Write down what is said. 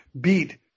beat